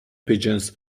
pigeons